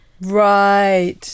Right